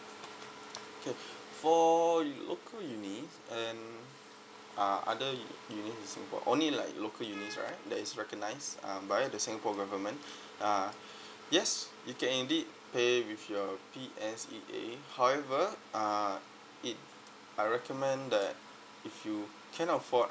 okay for local uni and uh other u~ uni in singapore only like local unis right that is recognized um by the singapore government uh yes you can indeed pay with your P_S_E_A however uh it I recommend that if you can afford